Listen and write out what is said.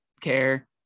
care